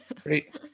Great